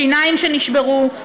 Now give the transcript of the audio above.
שיניים שנשברו,